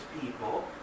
people